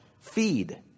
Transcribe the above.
feed